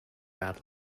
bad